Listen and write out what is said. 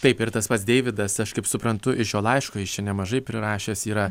taip ir tas pats deividas aš kaip suprantu iš šio laiško jis čia nemažai prirašęs yra